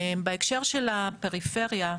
בהקשר של הפריפריה,